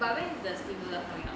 but when is the stimulus coming out